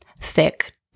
thick